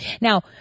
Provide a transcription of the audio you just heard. Now